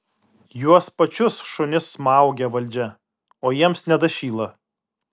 juos pačius šunis smaugia valdžia o jiems nedašyla